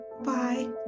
Bye